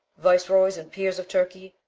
viceroys and peers of turkey,